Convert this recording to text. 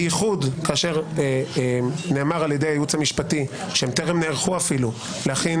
בייחוד כאשר נאמר על-ידי הייעוץ המשפטי שהם אפילו טרם נערכו להכין